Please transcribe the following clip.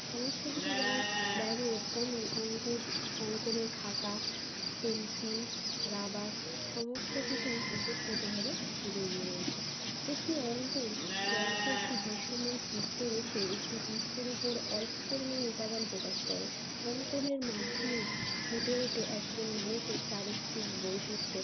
সমস্ত কিছুই যেমন ব্যয়মূলক তেমনই অংকের অঙ্কনের খাতা পেন্সিল রাবার সমস্ত কিছুই ওতপ্রোতভাবে জড়িয়ে রয়েছে একটি অঙ্কন যন্ত্র একটি দৃশ্যমান চিত্র রেখে একটি পৃষ্ঠার উপর অল্প পরিমাণ উপাদান প্রকাশ করে অঙ্কনের মাধ্যমেই ফুটে উঠে একজন মানুষের চারিত্রিক বৈশিষ্ট্য